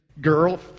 Girl